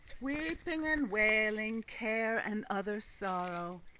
weeping and wailing, care and other sorrow,